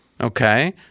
Okay